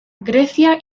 grecia